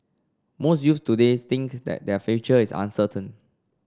most youths today think that their future is uncertain